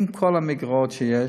עם כל המגרעות שיש,